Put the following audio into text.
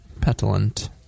petulant